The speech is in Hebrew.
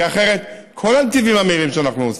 כי אחרת כל הנתינים המהירים שאנחנו עושים,